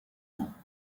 vents